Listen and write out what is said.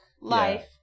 life